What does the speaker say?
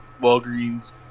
Walgreens